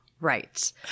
right